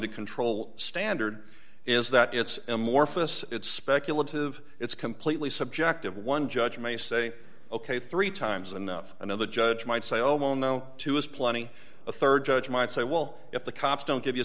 to control standard is that it's more for us it's speculative it's completely subjective one judge may say ok three times and of another judge might say oh no two is plenty a rd judge might say well if the cops don't give you